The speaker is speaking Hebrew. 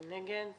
מי נגד?